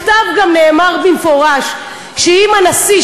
במכתב גם נאמר במפורש שאם הנשיא,